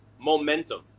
momentum